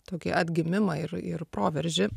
tokį atgimimą ir ir proveržį